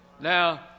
Now